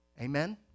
Amen